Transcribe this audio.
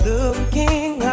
Looking